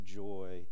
joy